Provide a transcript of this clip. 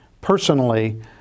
personally